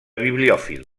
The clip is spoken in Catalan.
bibliòfil